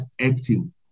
acting